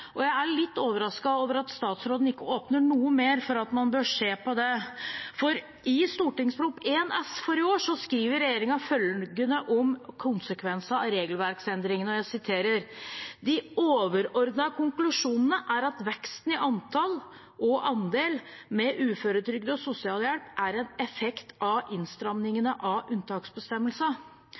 Jeg er litt overrasket over at statsråden ikke åpner noe mer for at man bør se på det, for i Prop. 1 S for 2020–2021 skriver regjeringen følgende om konsekvensene av regelverksendringene: «De overordnede konklusjonene er at veksten i andel og antall med uføretrygd og sosialhjelp er en effekt av innstrammingen av